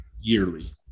yearly